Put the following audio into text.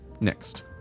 Next